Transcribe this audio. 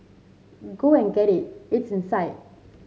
go and get it it's inside